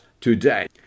today